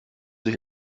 sich